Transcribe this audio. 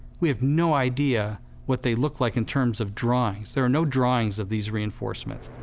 we have no idea what they looked like in terms of drawings. there are no drawings of these reinforcements.